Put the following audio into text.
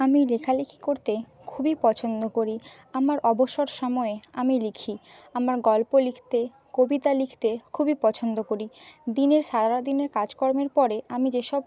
আমি লেখালেখি করতে খুবই পছন্দ করি আমার অবসর সময়ে আমি লিখি আমার গল্প লিখতে কবিতা লিখতে খুবই পছন্দ করি দিনের সারাদিনের কাজ কর্মের পরে আমি যেসব